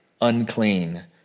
unclean